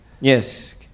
Yes